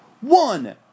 One